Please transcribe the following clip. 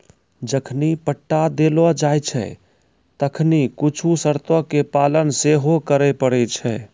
जखनि पट्टा देलो जाय छै तखनि कुछु शर्तो के पालन सेहो करै पड़ै छै